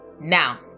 Now